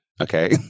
okay